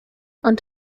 und